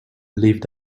lived